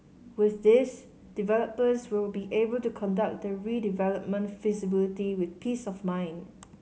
with this developers will be able to conduct the redevelopment feasibility with peace of mind